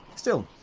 still,